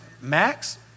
max